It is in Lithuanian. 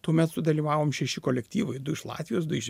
tuomet sudalyvavom šeši kolektyvai du iš latvijos du iš